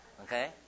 Okay